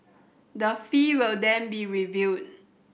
the fee will then be reviewed